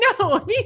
no